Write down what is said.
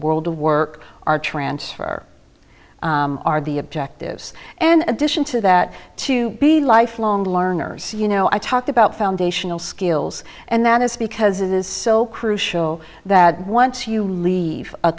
world of work our transfer our the objectives and addition to that to be lifelong learners you know i talked about foundational skills and that is because it is so crucial that once you leave a